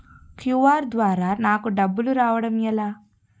QR ద్వారా నాకు డబ్బులు రావడం ఎలా?